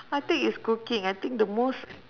I think it's cooking I think the most